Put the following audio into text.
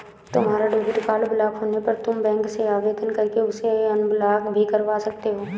तुम्हारा debit card block होने पर तुम बैंक से आवेदन करके उसे अनब्लॉक भी करवा सकते हो